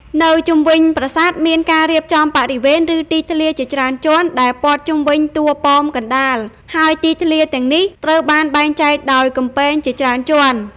នៅជុំវិញប្រាសាទមានការរៀបចំ បរិវេណ ឬទីធ្លា ជាច្រើនជាន់ដែលព័ទ្ធជុំវិញតួប៉មកណ្តាល ហើយទីធ្លាទាំងនេះត្រូវបានបែងចែកដោយ កំពែង ជាច្រើនជាន់។